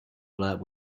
lab